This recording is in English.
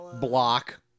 block